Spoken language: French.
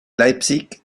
leipzig